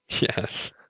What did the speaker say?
Yes